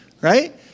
Right